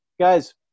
guys